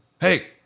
hey